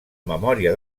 memòria